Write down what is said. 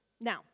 Now